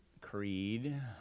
creed